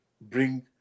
bring